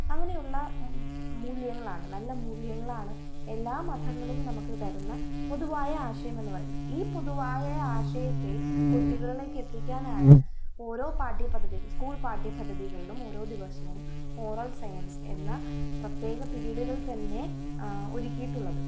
അങ്ങനെ ഉള്ള മു മൂല്യങ്ങളാണ് നല്ല മൂല്യങ്ങളാണ് എല്ലാ മതങ്ങളും നമുക്ക് തരുന്ന പൊതുവായ ആശയമെന്ന് പറയുന്നത് ഈ പൊതുവായ ആശയത്തെ കുട്ടികളിലേക്കെത്തിക്കാനാണ് ഓരോ പാഠ്യ പദ്ധതിയും സ്കൂൾ പാഠ്യ പദ്ധതികളിലും ഓരോ ദിവസവും മോറൽ സയൻസ് എന്ന പ്രത്യേക പീരിയഡുകൾ തന്നെ ഒരുക്കിയിട്ടുള്ളത്